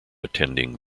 attending